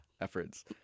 Efforts